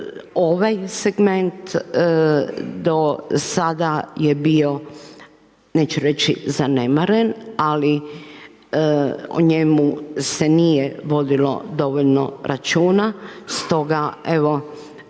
ovaj segment do sada je bio neću reći zanemaren ali o njemu se nije vodilo dovoljno računa stoga evo,